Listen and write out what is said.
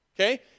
Okay